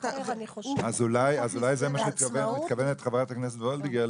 אולי לזה מתכוונת חברת הכנסת וולדיגר,